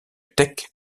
teck